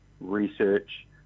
research